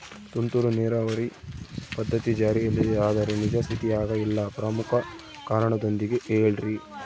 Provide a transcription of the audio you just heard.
ತುಂತುರು ನೇರಾವರಿ ಪದ್ಧತಿ ಜಾರಿಯಲ್ಲಿದೆ ಆದರೆ ನಿಜ ಸ್ಥಿತಿಯಾಗ ಇಲ್ಲ ಪ್ರಮುಖ ಕಾರಣದೊಂದಿಗೆ ಹೇಳ್ರಿ?